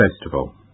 Festival